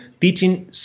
teaching